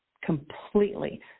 completely